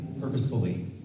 purposefully